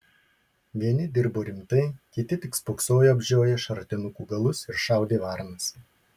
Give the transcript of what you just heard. vieni dirbo rimtai kiti tik spoksojo apžioję šratinukų galus ir šaudė varnas